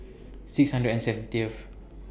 six hundred and seventieth